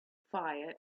fire